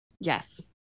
Yes